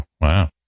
Wow